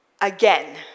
again